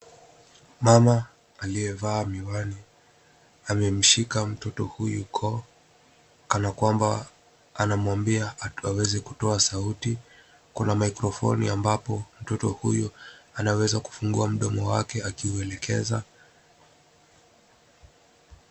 Mama aliyevaa miwani amemshika mtoto huyu koo kana kwamba anamwambia ati aweze kutoa sauti. Kuna microphone ambapo mtoto huyo anaweza kufungua mdomo wake akiuelekeza.